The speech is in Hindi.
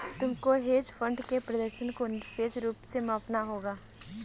तुमको हेज फंड के प्रदर्शन को निरपेक्ष रूप से मापना होगा